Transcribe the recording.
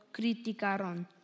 criticaron